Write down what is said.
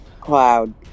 cloud